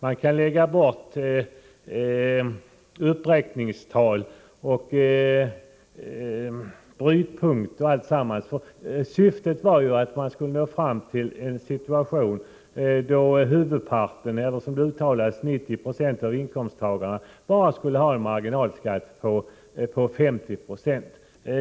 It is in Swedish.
Man kan bortse från uppräkningstal och brytpunkter m.m., eftersom syftet var att man skulle nå fram till en situation då huvudparten — eller som det uttalades, 90 96 av inkomsttagarna — skulle ha en marginalskatt på högst 50 70.